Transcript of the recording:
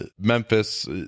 memphis